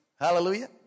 Hallelujah